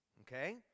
Okay